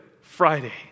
Friday